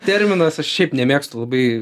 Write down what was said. terminas aš šiaip nemėgstu labai